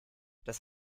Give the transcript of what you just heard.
das